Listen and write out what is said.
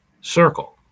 circle